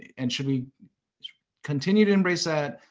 and should we continue to embrace that?